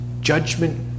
judgment